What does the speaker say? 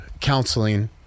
counseling